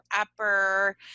Upper